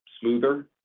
smoother